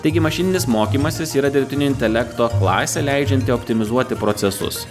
taigi mašininis mokymasis yra dirbtinio intelekto klasė leidžianti optimizuoti procesus